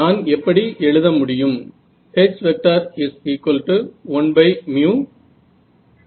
நான் எப்படி எழுத முடியும்